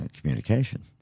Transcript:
communication